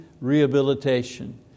rehabilitation